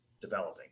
developing